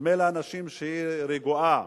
נדמה לאנשים שהיא רגועה.